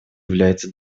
является